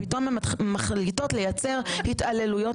כמו שלא כל אחד יכול להיות נהג אוטובוס,